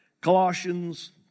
Colossians